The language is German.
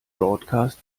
bordcast